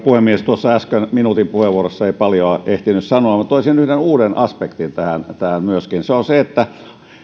puhemies tuossa äsken minuutin puheenvuorossa ei paljoa ehtinyt sanoa mutta toisin yhden uuden aspektin tähän myöskin se on se että